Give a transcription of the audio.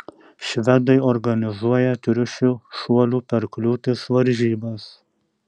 švedai organizuoja triušių šuolių per kliūtis varžybas